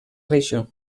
regió